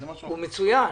הוא מצוין.